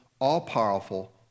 all-powerful